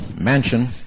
mansion